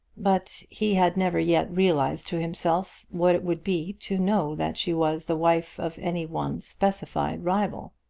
but he had never yet realised to himself what it would be to know that she was the wife of any one specified rival.